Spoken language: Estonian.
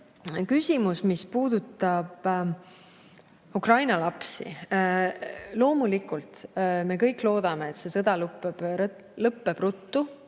küsimus, mis puudutab Ukraina lapsi. Loomulikult me kõik loodame, et see sõda lõppeb ruttu.